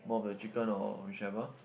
more of your chicken or whichever